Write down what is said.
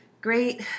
great